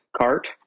cart